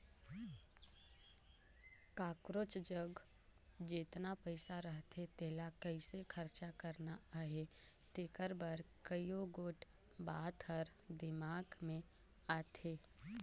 काकरोच जग जेतना पइसा रहथे तेला कइसे खरचा करना अहे तेकर बर कइयो गोट बात हर दिमाक में आथे